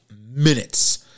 minutes